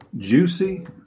Juicy